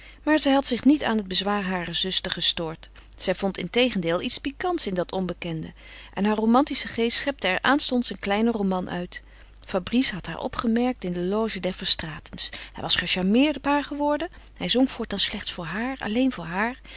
maar zij had zich niet aan het bezwaar harer zuster gestoord zij vond integendeel iets pikants in dat onbekende en haar romantische geest schepte er aanstonds een kleinen roman uit fabrice had haar opgemerkt in de loge der verstraetens hij was gecharmeerd op haar geworden hij zong voortaan slechts voor haar alleen voor haar